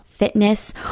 fitness